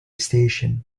station